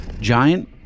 giant